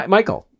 Michael